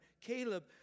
Caleb